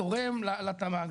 תורם לתמ"ג,